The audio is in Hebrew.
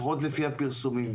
לפחות לפי הפרסומים.